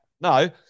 No